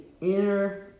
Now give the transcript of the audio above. inner